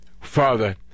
Father